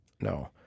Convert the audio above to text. no